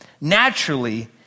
naturally